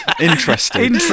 Interesting